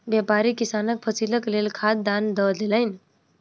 व्यापारी किसानक फसीलक लेल खाद दान दअ देलैन